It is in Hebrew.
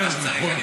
כן, זה נכון.